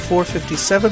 457